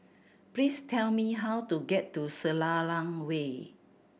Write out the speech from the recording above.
please tell me how to get to Selarang Way